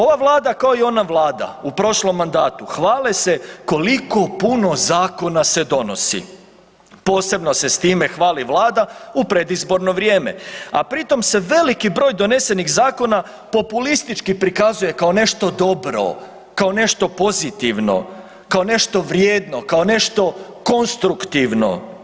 Ova vlada kao i ona vlada u prošlom mandatu hvale se koliko puno zakona se donosi, posebno se s time hvali vlada u predizborno vrijeme, a pri tom se veliki broj donesenih zakona populistički prikazuje kao nešto dobro, kao nešto pozitivno, kao nešto vrijedno, kao nešto konstruktivno.